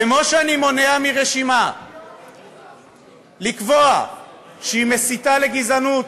כמו שאני מונע מרשימה לקבוע שהיא מסיתה לגזענות,